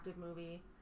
movie